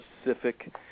specific